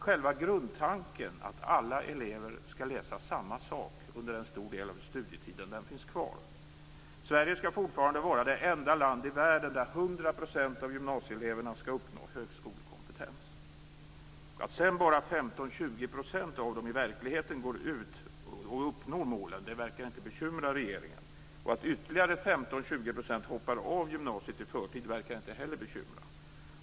Själva grundtanken att alla elever skall läsa samma sak under en stor del av studietiden finns kvar. Sverige skall fortfarande vara det enda land i världen där 100 % av gymnasieeleverna skall uppnå högskolekompetens. Att sedan bara 15-20 % av dem som går ut i verkligheten uppnår målen verkar inte bekymra regeringen. Att ytterligare 15-20 % hoppar av gymnasiet i förtid verkar inte heller vara något bekymmer.